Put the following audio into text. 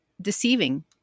deceiving